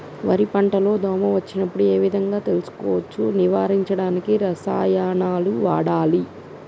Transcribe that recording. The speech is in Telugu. వరి పంట లో దోమ వచ్చినప్పుడు ఏ విధంగా తెలుసుకోవచ్చు? నివారించడానికి ఏ రసాయనాలు వాడాలి?